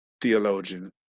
theologian